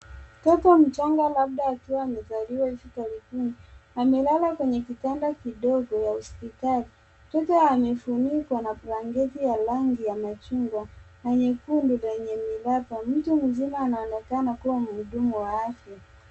Mtoto mchanga labda akiwa amezaliwa ivi karibuni amelala kwenye kitanda kidogo ya hospitali , mtoto amefunikwa na blanketi ya rangi ya machungwa na nyekundu lenye miraba ,mtu anaonekana kuwa mhudumu wa afya,